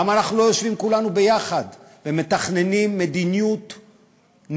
למה אנחנו לא יושבים כולנו יחד ומתכננים מדיניות נכונה,